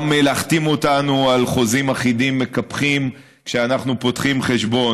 גם להחתים אותנו על חוזים אחידים מקפחים כשאנחנו פתוחים חשבון,